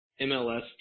MLS